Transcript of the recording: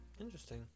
Interesting